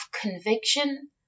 conviction